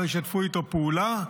לא ישתפו איתו פעולה.